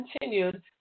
continued